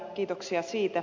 kiitoksia siitä